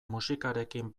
musikarekin